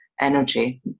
energy